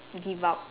give up